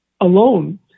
alone